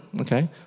okay